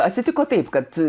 atsitiko taip kad